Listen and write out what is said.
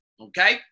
Okay